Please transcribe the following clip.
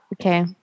Okay